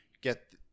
get